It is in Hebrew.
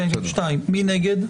מי נגד?